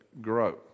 grow